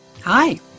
Hi